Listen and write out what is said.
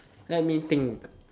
let me think